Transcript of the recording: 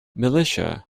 militia